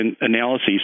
analyses